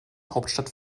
hauptstadt